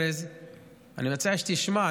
שתשמע.